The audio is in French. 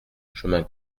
chemin